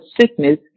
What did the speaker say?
sickness